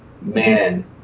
man